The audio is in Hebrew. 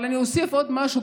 אבל אני מוסיף עוד משהו,